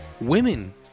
women